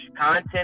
content